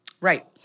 Right